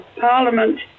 parliament